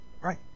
right